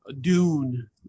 Dune